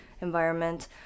environment